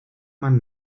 man